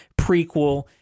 prequel